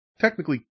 technically